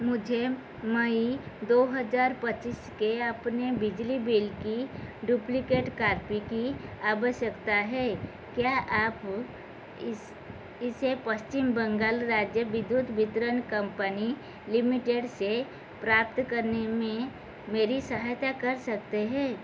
मुझे मई दो हज़ार पच्चीस के अपने बिजली बिल की डुप्लिकेट कॉपी की आवश्यकता है क्या आप इस इसे पश्चिम बंगाल राज्य विद्युत वितरण कंपनी लिमिटेड से प्राप्त करने में मेरी सहायता कर सकते है